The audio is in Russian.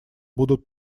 будут